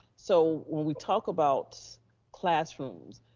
so when we talk about classrooms